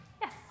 Yes